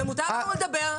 ומותר לנו לדבר.